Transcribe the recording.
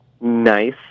nice